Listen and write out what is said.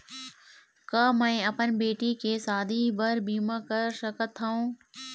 का मैं अपन बेटी के शादी बर बीमा कर सकत हव?